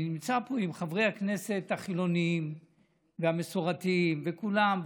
אני נמצא פה עם חברי הכנסת החילונים והמסורתיים וכולם,